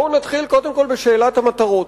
נתחיל בשאלת המטרות.